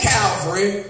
Calvary